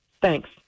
Thanks